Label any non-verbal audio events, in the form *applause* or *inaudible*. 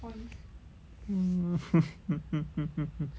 *laughs*